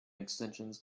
extensions